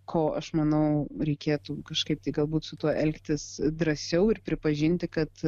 ko aš manau reikėtų kažkaip tai galbūt su tuo elgtis drąsiau ir pripažinti kad